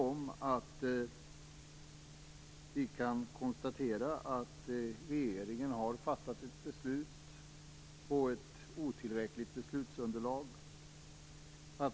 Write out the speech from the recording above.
Vi kan ju konstatera att regeringen har fattat ett beslut på ett otillräckligt beslutsunderlag.